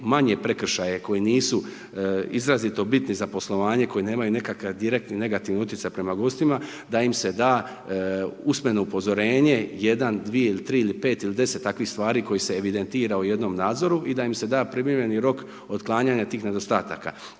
manje prekršaje koji nisu izrazito bitni za poslovanje koji nemaju nekakav direktni negativni utjecaj prema gostima, da im se da usmeno upozorenje, jedan, dvije ili tri ili pet ili deset takvih stvari koji se evidentira u jednom nadzoru i da im se da primjereni rok otklanjanja tih nedostataka.